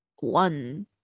One